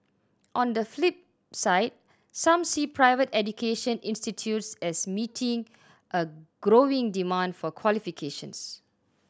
on the flip side some see private education institutes as meeting a growing demand for qualifications